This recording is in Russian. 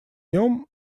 нем